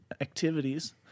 activities